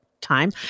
time